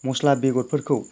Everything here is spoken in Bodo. मस्ला बेगरफोरखौ